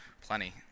plenty